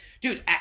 dude